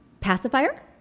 pacifier